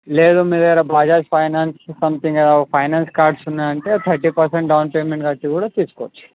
లేదు మీ దగ్గర Bajaj finance something finance cards ఉన్నాయంటే తర్టీ పర్సెంట్ డౌన్ పేమెంట్ కట్టి కూడా తీసుకోవచ్చు